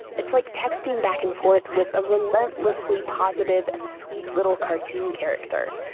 it's like texting back and forth with a relentlessly positive and sweet little cartoon character.